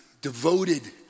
devoted